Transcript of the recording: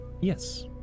Yes